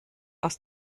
aus